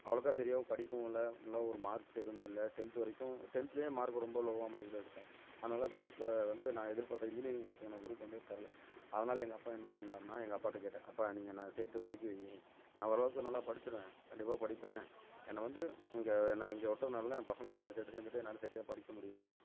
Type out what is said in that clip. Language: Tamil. அவ்வளோக்கா சரியாகவும் படிக்கவும் இல்லை எல்லாம் ஒரு மார்க்ஸ் எதுவுமே இல்லை டென்த் வரைக்கும் டென்த்துலேயே மார்க் ரொம்ப லோவாக மார்க் தான் எடுத்தேன் அதனால் குரூப் வந்து நான் எதிர்பார்த்த இன்ஜினியரிங் போகிறதுக்கான குரூப் வந்து தரல அதனால் எங்கள் அப்பா என்ன பண்ணாருன்னா எங்கள் அப்பாகிட்ட கேட்ட அப்பா நீங்கள் என்னை சேர்த்து படிக்க வை நான் ஓரளவுக்கு நல்லா படிச்சிடுவேன் கண்டிப்பாக படிப்பேன் என்னை வந்து இங்கே என்னை இங்கே விட்டதுனால தான் என் பசங்களோட செட் சேர்ந்துட்டு என்னால் சரியாக படிக்க முடியல